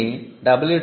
దీన్ని www